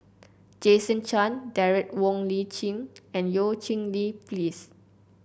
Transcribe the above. Jason Chan Derek Wong Li Qing and Eu Cheng Li Phyllis